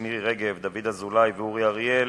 1583,